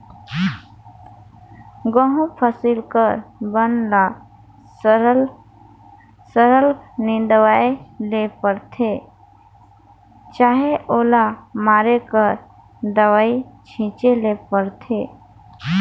गहूँ फसिल कर बन ल सरलग निंदवाए ले परथे चहे ओला मारे कर दवई छींचे ले परथे